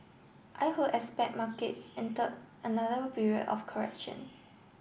I would expect markets entered another period of correction